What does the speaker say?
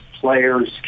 players